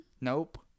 Nope